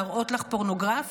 להראות לך פורנוגרפיה,